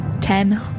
Ten